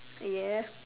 yes